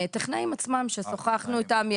טכנאים עצמם ששוחחנו איתם.